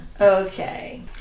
Okay